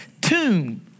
tomb